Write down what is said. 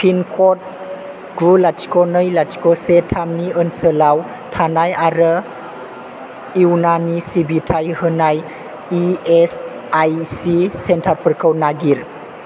पिनकड गु लाथिख' नै लाथिख' से थामनि ओनसोलाव थानाय आरो इउनानि सिबिथाय होनाय इएसआइसि सेन्टारफोरखौ नागिर